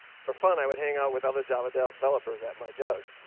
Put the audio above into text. for fun, i would hang out with other java developers at my jug.